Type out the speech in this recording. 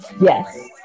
Yes